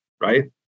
right